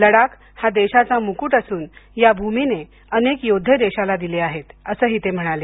लडाख हा देशाचा मुकुट असून या भुमीने अनेक योद्धे देशाला दिले आहेत असेही ते म्हणाले